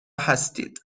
هستید